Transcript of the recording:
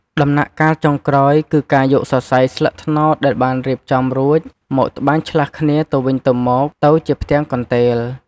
ដំណាក់កាលចុងក្រោយ គឺការយកសរសៃស្លឹកត្នោតដែលបានរៀបចំរួច មក ត្បាញឆ្លាស់គ្នាទៅវិញទៅមក ទៅជាផ្ទាំងកន្ទេល។